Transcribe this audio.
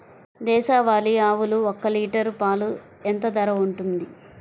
దేశవాలి ఆవులు ఒక్క లీటర్ పాలు ఎంత ధర ఉంటుంది?